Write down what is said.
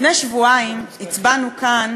לפני שבועיים הצבענו כאן